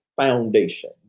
foundation